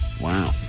Wow